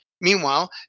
Meanwhile